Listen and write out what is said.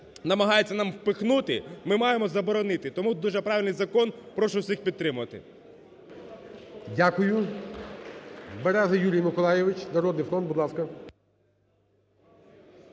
намагається нам впихнути, ми маємо заборонити. Тому дуже правильний закон, прошу всіх підтримати. ГОЛОВУЮЧИЙ. Дякую. Береза Юрій Миколайович, "Народний фронт", будь ласка.